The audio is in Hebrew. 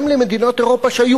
גם למדינות אירופה שהיו